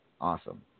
awesome